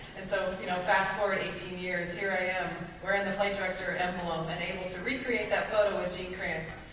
and so you know fast forward eighteen years here i am wearing the flight director emblem and able to recreate that photo with gene kranz.